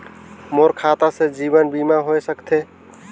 मोर खाता से जीवन बीमा होए सकथे?